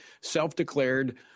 self-declared